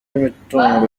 imitungo